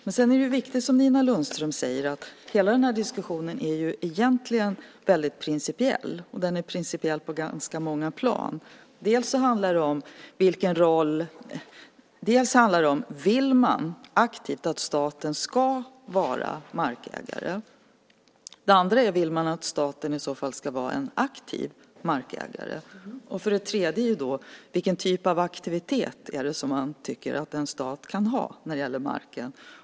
Precis som Nina Lundström säger är hela diskussionen principiell. Den är principiell på många plan. Det handlar om, för det första, om man aktivt vill att staten ska vara markägare. Vill man, för det andra, att staten ska vara en aktiv markägare? För det tredje: Vilken typ av aktivitet tycker man att en stat kan ha när det gäller marken?